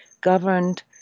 governed